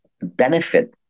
benefit